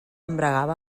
embragava